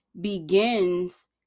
begins